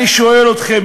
אני שואל אתכם,